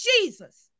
Jesus